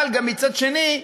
אבל גם מצד אחר,